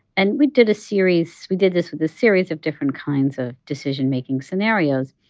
and we did a series we did this with a series of different kinds of decision-making scenarios.